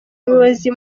umuyobozi